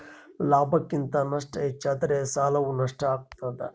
ಲಾಭಕ್ಕಿಂತ ನಷ್ಟ ಹೆಚ್ಚಾದರೆ ಸಾಲವು ನಷ್ಟ ಆಗ್ತಾದ